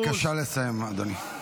בבקשה לסיים, אדוני.